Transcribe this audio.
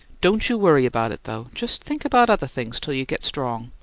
don't you worry about it, though just think about other things till you get strong.